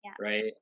right